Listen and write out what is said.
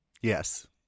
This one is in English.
yes